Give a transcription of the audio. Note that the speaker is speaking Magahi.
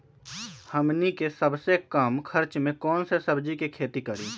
हमनी के सबसे कम खर्च में कौन से सब्जी के खेती करी?